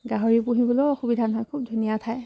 গাহৰি পুহিবলৈও অসুবিধা নহয় খুব ধুনীয়া ঠাই